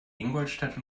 ingolstadt